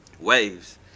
Waves